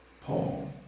Paul